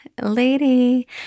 lady